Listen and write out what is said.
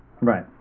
Right